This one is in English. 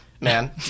man